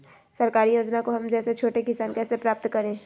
सरकारी योजना को हम जैसे छोटे किसान कैसे प्राप्त करें?